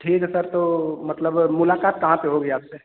ठीक है सर तो मतलब मुलाकात कहाँ पर होगी आपसे